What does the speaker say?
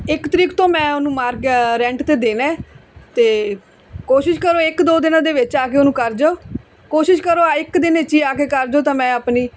ਇਕ ਤਰੀਕ ਤੋਂ ਮੈਂ ਉਹਨੂੰ ਮਾਰ ਰੈਂਟ 'ਤੇ ਦੇਣਾ ਅਤੇ ਕੋਸ਼ਿਸ਼ ਕਰੋ ਇੱਕ ਦੋ ਦਿਨਾਂ ਦੇ ਵਿੱਚ ਆ ਕੇ ਉਹਨੂੰ ਕਰ ਜਾਓ ਕੋਸ਼ਿਸ਼ ਕਰੋ ਇੱਕ ਦਿਨ ਵਿੱਚ ਆ ਕੇ ਕਰ ਜੋ ਤਾਂ ਮੈਂ ਆਪਣੀ